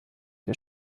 der